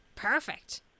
Perfect